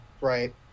Right